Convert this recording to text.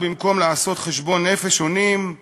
ואנו, במקום לעשות חשבון נפש, עונים: